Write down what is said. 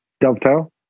dovetail